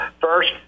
First